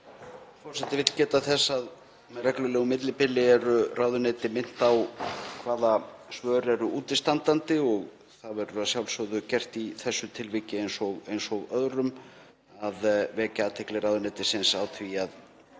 Forseti vill geta þess að með reglulegu millibili eru ráðuneyti minnt á hvaða svör eru útistandandi og það verður að sjálfsögðu gert, í þessu tilviki eins og öðrum, að vekja athygli ráðuneytisins á því að